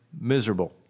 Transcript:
miserable